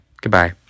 Goodbye